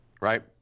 Right